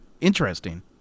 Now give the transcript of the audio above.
interesting